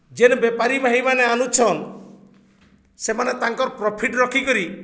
ଯେନ୍ ବେପାରୀ ଭାଇମାନେ ଆନୁଛନ୍ ସେମାନେ ତାଙ୍କର୍ ପ୍ରଫିଟ୍ ରଖିକରି